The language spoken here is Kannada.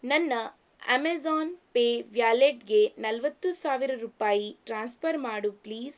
ನನ್ನ ಆಮೇಜಾನ್ ಪೇ ವ್ಯಾಲೆಟ್ಗೆ ನಲ್ವತ್ತು ಸಾವಿರ ರೂಪಾಯಿ ಟ್ರಾನ್ಸ್ಫರ್ ಮಾಡು ಪ್ಲೀಸ್